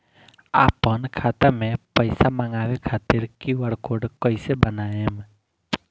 आपन खाता मे पईसा मँगवावे खातिर क्यू.आर कोड कईसे बनाएम?